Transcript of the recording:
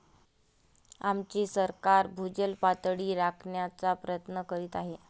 आमचे सरकार भूजल पातळी राखण्याचा प्रयत्न करीत आहे